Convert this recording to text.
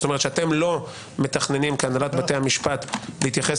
כלומר שאתם לא מתכננים כהנהלת בתי המשפט להתייחס